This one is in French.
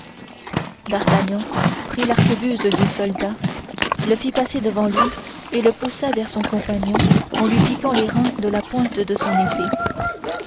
d'artagnan prit l'arquebuse du soldat le fit passer devant lui et le poussa vers son compagnon en lui piquant les reins de la pointe de son épée